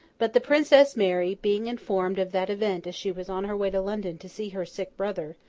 but, the princess mary, being informed of that event as she was on her way to london to see her sick brother,